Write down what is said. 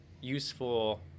useful